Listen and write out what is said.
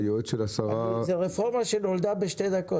זו רפורמה שנולדה בשתי דקות.